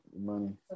money